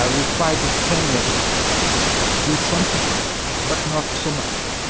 ah we fight ten years about that with some success but not so much.